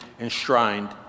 enshrined